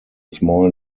small